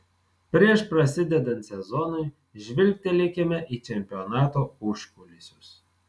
prieš prasidedant sezonui žvilgtelėkime į čempionato užkulisius